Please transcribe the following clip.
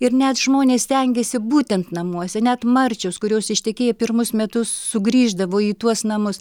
ir net žmonės stengiasi būtent namuose net marčios kurios ištekėję pirmus metus sugrįždavo į tuos namus